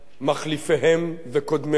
מחליפיהם וקודמיהם,